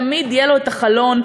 תמיד יהיה לו החלון,